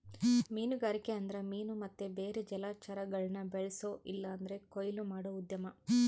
ಮೀನುಗಾರಿಕೆ ಅಂದ್ರ ಮೀನು ಮತ್ತೆ ಬೇರೆ ಜಲಚರಗುಳ್ನ ಬೆಳ್ಸೋ ಇಲ್ಲಂದ್ರ ಕೊಯ್ಲು ಮಾಡೋ ಉದ್ಯಮ